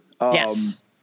Yes